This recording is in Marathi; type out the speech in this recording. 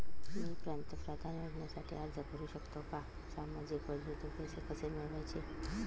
मी पंतप्रधान योजनेसाठी अर्ज करु शकतो का? सामाजिक योजनेतून पैसे कसे मिळवायचे